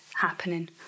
happening